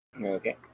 Okay